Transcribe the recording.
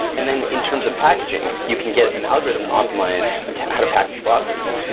and then in terms of packaging, you can get an algorithm optimized how to package boxes,